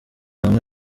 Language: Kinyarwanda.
hamwe